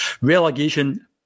relegation